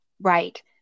Right